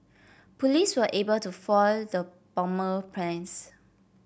police were able to foil the plans